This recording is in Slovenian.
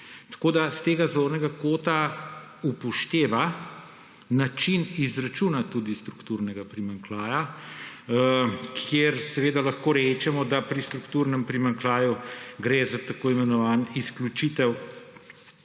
Tako da s tega zornega kota upošteva način izračuna tudi strukturnega primanjkljaja, kjer seveda lahko rečemo, da pri strukturnem primanjkljaju gre za tako imenovano izključitev